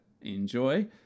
enjoy